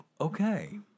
okay